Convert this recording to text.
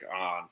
on